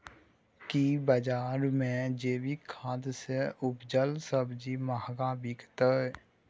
की बजार मे जैविक खाद सॅ उपजेल सब्जी महंगा बिकतै?